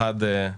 אחד,